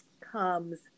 comes